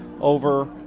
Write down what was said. over